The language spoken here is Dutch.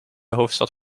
hoofdstad